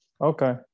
okay